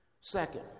Second